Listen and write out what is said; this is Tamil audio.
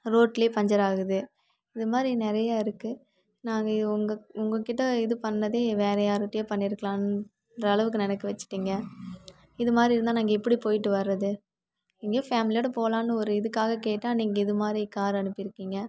ரோட்லேயே பஞ்சர் ஆகுது இது மாதிரி நிறையா இருக்குது நாங்கள் இது உங்கள் உங்கக்கிட்ட இது பண்ணாதே வேறே யாருக்கிட்டயோ பண்ணிருக்கலாம்னுன்ற அளவுக்கு நினைக்க வச்சுட்டிங்க இது மாதிரி இருந்தால் நாங்கள் எப்படி போயிட்டு வர்றது எங்கேயோ ஃபேமிலியோடய போகலான்னு ஒரு இதுக்காக கேட்டால் நீங்கள் இது மாதிரி காரு அனுப்பிருக்கிங்க